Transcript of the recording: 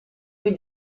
qui